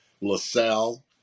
LaSalle